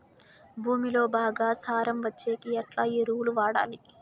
భూమిలో బాగా సారం వచ్చేకి ఎట్లా ఎరువులు వాడాలి?